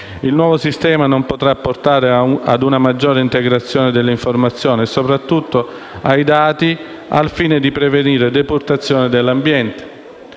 Il nuovo Sistema non potrà portare a una maggiore integrazione delle informazioni e soprattutto dei dati, al fine di prevenire la deturpazione dell'ambiente.